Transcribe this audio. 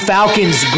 Falcons